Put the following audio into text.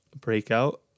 breakout